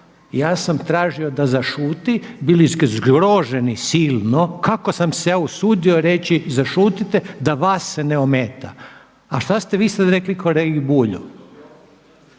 ja sam tražio da zašuti, bili ste zgroženi silno kako sam se ja usudio reći zašutite da vas se ne ometa. A šta ste vi sada rekli kolegi Bulju?